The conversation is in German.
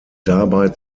dabei